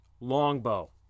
Longbow